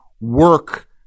work